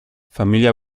familia